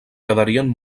quedarien